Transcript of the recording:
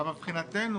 מבחינתנו,